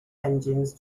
engines